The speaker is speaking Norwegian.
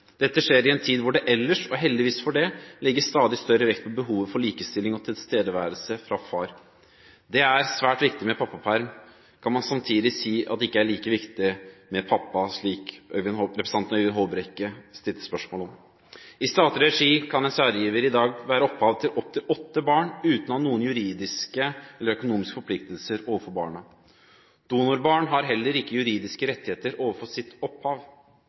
Dette skjer i en tid hvor det ellers, og heldigvis for det, legges stadig større vekt på behovet for likestilling og tilstedeværelse fra far. Det er svært viktig med pappaperm. Kan man samtidig si at det ikke er like viktig med pappa, slik representanten Øyvind Håbrekke stilte spørsmål om? I statlig regi kan en sædgiver i dag være opphav til opptil åtte barn uten å ha noen juridiske eller økonomiske forpliktelser overfor barna. Donorbarn har heller ikke juridiske rettigheter overfor sitt opphav.